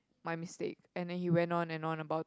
my mistake and then he went on and on about